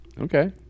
Okay